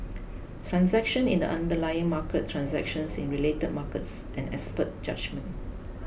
transactions in the underlying market transactions in related markets and expert judgement